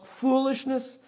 foolishness